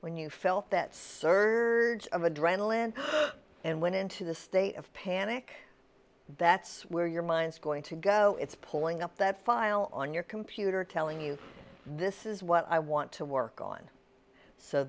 when you felt that serves of adrenaline and went into the state of panic that's where your mind's going to go it's pulling up that file on your computer telling you this is what i want to work on so